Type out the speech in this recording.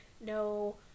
no